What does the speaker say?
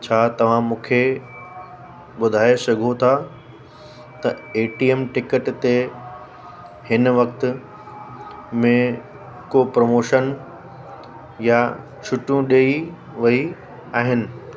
छा तव्हां मूंखे ॿुधाए सघो था त ए टी एम टिकट ते हिन वक़्त में को प्रोमोशन या छुटियूं ॾेई वई आहिनि